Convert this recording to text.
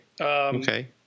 Okay